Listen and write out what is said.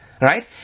Right